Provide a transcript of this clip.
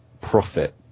profit